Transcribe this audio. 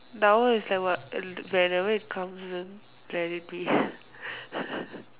power is like what whenever it comes let it be